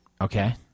Okay